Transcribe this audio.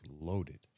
loaded